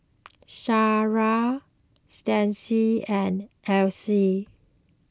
Shara Stacie and Alcee